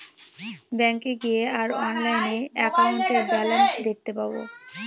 ব্যাঙ্কে গিয়ে আর অনলাইনে একাউন্টের ব্যালান্স দেখতে পাবো